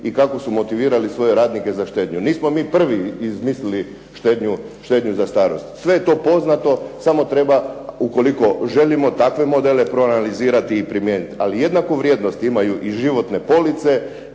i kako su motivirali svoje radnike za štednju. Nismo mi prvi izmislili štednju za starost. Sve je to poznato samo treba ukoliko želimo takve modele, proanalizirati i primijeniti. Ali jednaku vrijednost imaju i životne police